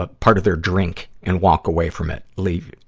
ah part of their drink and walk away from it, leave.